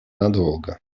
надолго